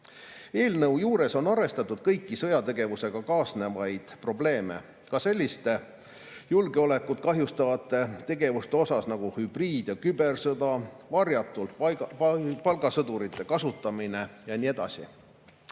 juures on arvestatud kõiki sõjategevusega kaasnevaid probleeme, ka selliste julgeolekut kahjustavate tegevuste osas nagu hübriid- ja kübersõda, varjatult palgasõdurite kasutamine ja nii edasi.